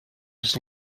his